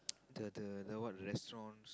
the the the what the restaurant